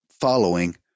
following